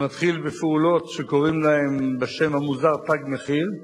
זה מתחיל בפעולות שקוראים להן בשם המוזר "תג מחיר",